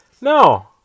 No